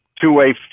two-way